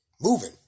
moving